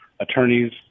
attorneys